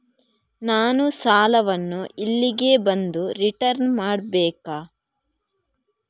ನಾನು ಸಾಲವನ್ನು ಇಲ್ಲಿಗೆ ಬಂದು ರಿಟರ್ನ್ ಮಾಡ್ಬೇಕಾ?